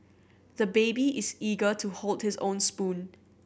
the baby is eager to hold his own spoon